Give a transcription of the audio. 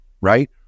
right